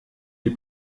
est